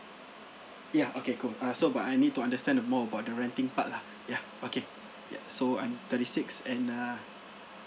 ya okay cool uh so but I need to understand uh more about the renting part lah ya okay ya so I'm thirty six and err